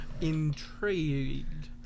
Intrigued